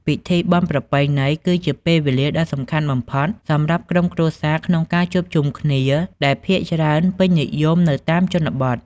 ពិធីបុណ្យប្រពៃណី គឺជាពេលវេលាដ៏សំខាន់បំផុតសម្រាប់ក្រុមគ្រួសារក្នុងការជួបជុំគ្នា ដែលភាគច្រើនពេញនិយមនៅតាមជនបទ ។